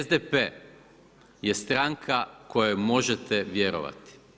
SDP je stranka kojoj možete vjerovati.